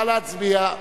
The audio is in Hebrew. נא להצביע.